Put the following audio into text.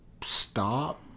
stop